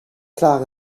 klaar